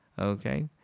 okay